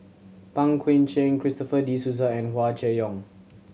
Pang Guek Cheng Christopher De Souza and Hua Chai Yong